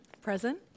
Present